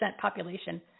population